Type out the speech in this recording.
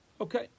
Okay